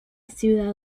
ciudad